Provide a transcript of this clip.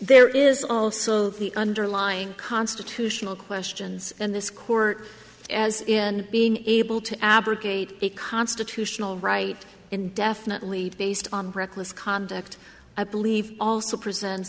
there is also the underlying constitutional questions and this court as in being able to abrogate a constitutional right indefinitely based on reckless conduct i believe also present